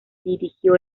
dirigió